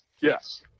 yes